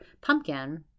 pumpkin